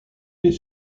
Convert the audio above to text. les